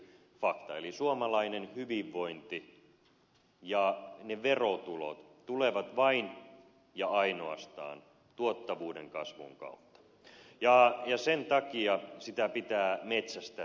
eli suomalainen hyvinvointi ja ne verotulot tulevat vain ja ainoastaan tuottavuuden kasvun kautta ja sen takia sitä tuottavuutta pitää metsästää